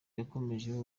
yakomeje